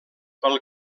pel